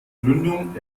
gründung